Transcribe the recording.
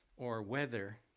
or weather,